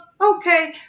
okay